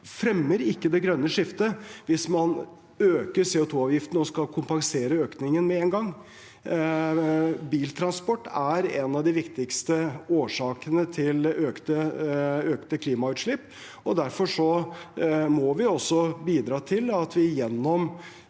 fremmer ikke det grønne skiftet hvis man øker CO2-avgiften og skal kompensere økningen med én gang. Biltransport er en av de viktigste årsakene til økte klimagassutslipp. Derfor må vi også bidra til at vi gjennom